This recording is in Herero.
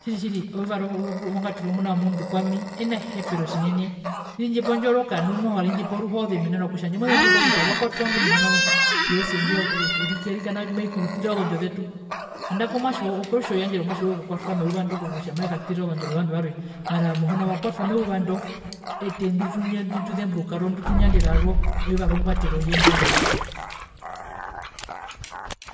tjiri tjiri eyuva rongwatero yomuna womundu kwami enahepero tjinene rindjipa ondjoroka nu noho rindjipa oruhoze, mena rokutja tjandje mozemburuka kutja wakwatwa ingwi muhona jesu erike arikana meekutira ozondjo zetu, nandaku omwatje woye kotjoyandjera omwatje woye okukwatwa meyuva ndo kokutja makatire ozondjo zovandu varwe mara muhuna wakwatwa meyuva ndo ete ndituzemburuka nditunjanderaro meyuva rongwateroye ndo uriri.